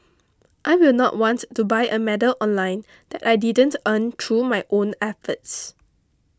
I will not want to buy a medal online that I didn't earn through my own efforts